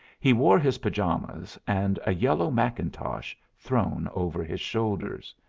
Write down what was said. he wore his pajamas, and a yellow mackintosh thrown over his shoulders.